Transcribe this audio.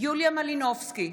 יוליה מלינובסקי,